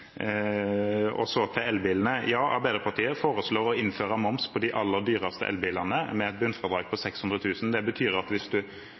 Så til elbilene: Ja, Arbeiderpartiet foreslår å innføre moms på de aller dyreste elbilene, med et bunnfradrag på 600 000 kr. Det betyr at hvis